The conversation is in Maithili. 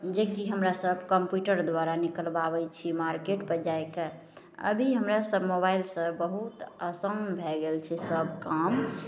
जेकी हमरा सब कम्प्यूटर द्वारा निकलबाबय छी मार्केटपर जा कऽ अभी हमरा सब मोबाइलसँ बहुत आसान भए गेल छै सब काम